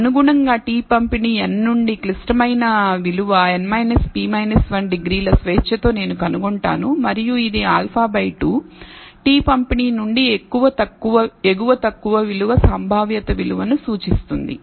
అనుగుణంగా t పంపిణీ n నుండి క్లిష్టమైన విలువ n p 1 డిగ్రీల స్వేచ్ఛతో నేను కనుగొంటాను మరియు ఇది α by 2 t పంపిణీ నుండి ఎగువ తక్కువ విలువ సంభావ్యత విలువను సూచిస్తుంది